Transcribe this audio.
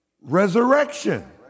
Resurrection